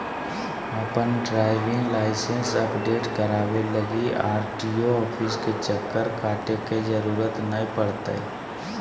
अपन driving licence update कराबे लगी आर.टी.ओ ऑफिस के चक्कर काटे के जरूरत नै पड़तैय